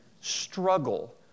struggle